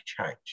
change